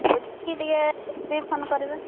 ବୁଝିକି ଟିକେ ଫୋନ୍ କରିବେ